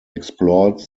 explored